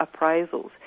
appraisals